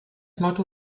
motto